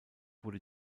wurde